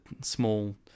small